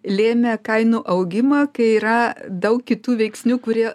lėmė kainų augimą kai yra daug kitų veiksnių kurie